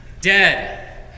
dead